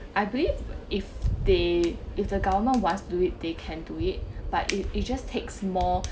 I believe if they if the government wants to do it they can do it but it it just takes more